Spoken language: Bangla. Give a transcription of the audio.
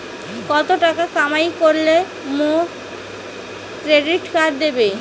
কত টাকা কামাই করিলে মোক ক্রেডিট কার্ড দিবে?